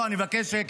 לא, אני מבקש שקט,